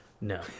No